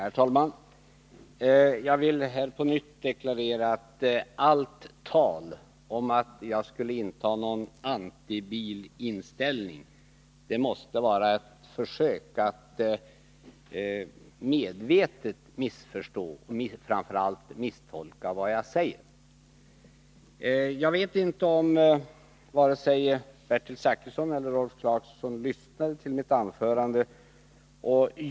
Herr talman! Jag vill på nytt deklarera att allt tal om att jag skulle inta någon antibil-inställning måste vara ett försök att medvetet misstolka vad jag säger. Jag vet inte om vare sig Bertil Zachrisson eller Rolf Clarkson har lyssnat till mitt anförande.